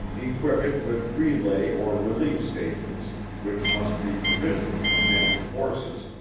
equip it with relay or relief stations which must be provisioned for men and horses,